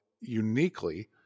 uniquely